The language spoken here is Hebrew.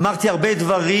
אמרתי הרבה דברים,